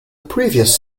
previous